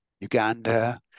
Uganda